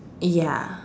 ya